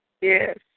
yes